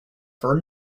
for